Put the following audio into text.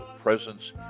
presence